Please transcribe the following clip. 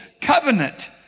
covenant